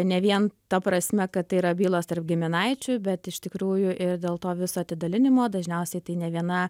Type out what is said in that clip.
ne vien ta prasme kad tai yra bylos tarp giminaičių bet iš tikrųjų ir dėl to viso atidalinimo dažniausiai tai ne viena